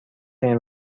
این